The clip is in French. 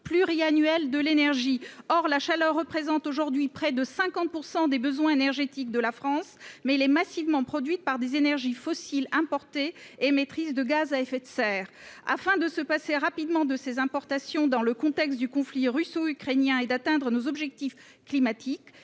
pluriannuelle de l'énergie. La chaleur représente près de 50 % des besoins énergétiques de la France. Elle est pourtant aujourd'hui massivement produite par des énergies fossiles importées et émettrices de gaz à effet de serre. Afin de se passer rapidement de ces importations dans le contexte du conflit russo-ukrainien et d'atteindre nos objectifs climatiques,